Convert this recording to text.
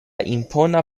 impona